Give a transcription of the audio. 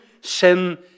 sin